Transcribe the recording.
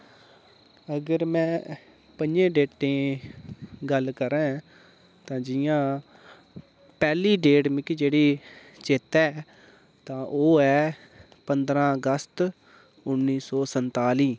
अगर मैं पंजें डेटें गल्ल करां तां जियां पैह्ली डेट मिगी जेह्ड़ी चेता ऐ तां ओह् ऐ पंदरा अगस्त उन्नी सौ संताली